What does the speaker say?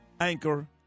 anchor